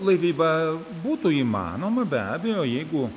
laivyba būtų įmanoma be abejo jeigu